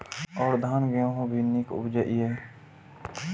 और धान गेहूँ भी निक उपजे ईय?